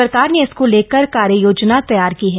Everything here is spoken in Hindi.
सरकार ने इसको लेकर कार्य योजना तैयार की है